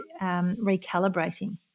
recalibrating